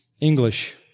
English